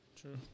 True